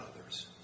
others